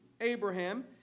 Abraham